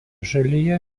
šalyje